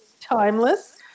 timeless